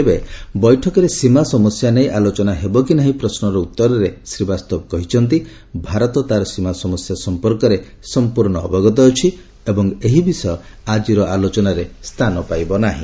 ତେବେ ବୈଠକରେ ସୀମା ସମସ୍ୟା ନେଇ ଆଲୋଚନା ହେବ କି ନାହିଁ ପଶ୍ରର ଉତ୍ତରରେ ଶ୍ରୀବାସ୍ତବ କହିଛନ୍ତି ଭାରତ ତା'ର ସୀମା ସମସ୍ୟା ସଂପର୍କରେ ସଂପୂର୍ଣ୍ଣ ଅବଗତ ଅଛି ଏବଂ ଏହି ବିଷୟ ଆଜିର ଆଲୋଚନାରେ ସ୍ଥାନ ପାଇବ ନାହିଁ